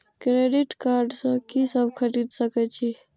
Credit card से की सब खरीद सकें छी?